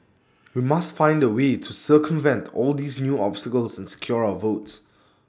we must find A way to circumvent all these new obstacles and secure our votes